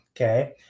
okay